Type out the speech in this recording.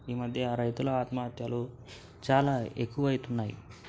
ఈమధ్య రైతుల ఆత్మహత్యలు చాలా ఎక్కువ అవుతున్నాయి